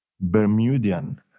Bermudian